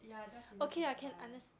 ya just enough to get by